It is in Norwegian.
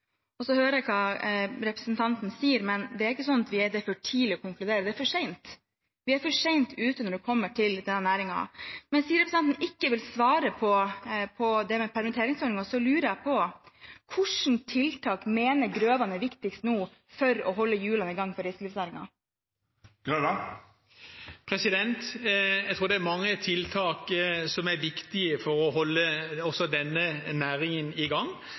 hører hva representanten sier, men det er ikke sånn at det er for tidlig å konkludere – det er for sent. Vi er for sent ute når det gjelder denne næringen. Siden representanten ikke vil svare på det med permitteringsordningen, lurer jeg på hvilke tiltak representanten Grøvan mener er viktigst nå for å holde hjulene i gang for reiselivsnæringen. Jeg tror det er mange tiltak som er viktige for å holde også denne næringen i gang.